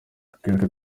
twibuke